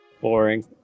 Boring